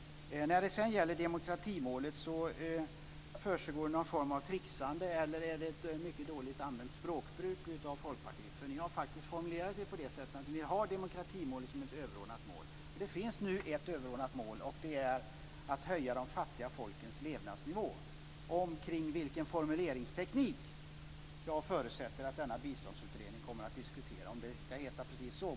I fråga om demokratimålet försiggår det en form av tricksande eller också är det ett mycket dåligt språkbruk från Folkpartiets sida. Ni har faktiskt formulerat att demokratimålet finns som ett överordnat mål. Men det finns nu ett överordnat mål och det är att höja de fattiga folkens levnadsnivå. Jag förutsätter att Biståndsutredningen diskuterar formuleringstekniken, alltså om det ska heta just så.